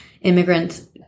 immigrants